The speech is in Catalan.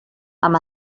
amb